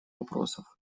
вопросов